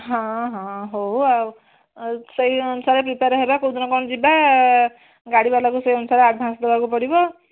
ହଁ ହଁ ହଉ ଆଉ ଏ ସେଇ ଅନୁସାରେ ପ୍ରିପେୟାର୍ ହେବା କୋଉଦିନ କଣ ଯିବା ଗାଡ଼ିବାଲାକୁ ସେଇ ଅନୁସାରେ ଆଡ଼ଭାନ୍ସ ଦେବାକୁ ପଡ଼ିବ